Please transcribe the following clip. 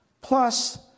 Plus